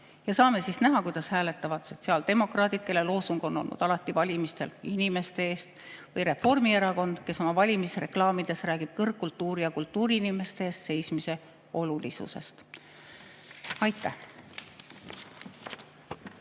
Saame näha, kuidas hääletavad sotsiaaldemokraadid, kelle loosung valimistel on olnud alati "Inimeste eest!", või Reformierakond, kes oma valimisreklaamides räägib kõrgkultuuri ja kultuuriinimeste eest seismise olulisusest. Aitäh!